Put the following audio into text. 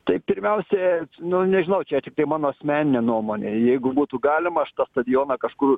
tai pirmiausia nu nežinau čia tiktai mano asmeninė nuomonė jeigu būtų galima aš tą stadioną kažkur